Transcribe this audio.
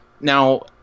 now